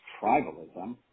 tribalism